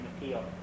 appeal